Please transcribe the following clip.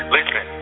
Listen